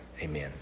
Amen